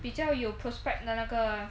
比较有 prospect 的那个